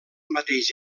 mateix